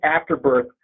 afterbirth